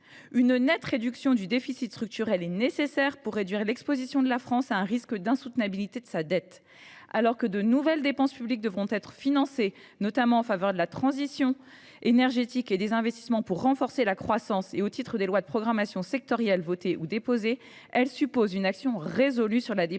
Une nette réduction du déficit structurel est nécessaire pour réduire l’exposition de la France à un risque d’insoutenabilité de sa dette. Alors que de nouvelles dépenses publiques devront être financées, notamment en faveur de la transition énergétique et des investissements pour renforcer la croissance, et au titre des lois de programmation sectorielles votées ou déposées, elle suppose une action résolue sur la dépense